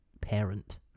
parent